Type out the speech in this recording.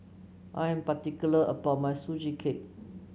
I am particular about my Sugee Cake